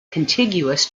contiguous